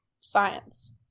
science